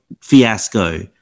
fiasco